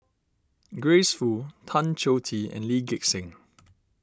Grace Fu Tan Choh Tee and Lee Gek Seng